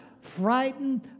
frightened